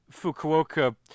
Fukuoka